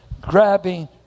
Grabbing